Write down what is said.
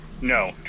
no